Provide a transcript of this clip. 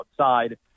outside